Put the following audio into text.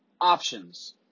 Options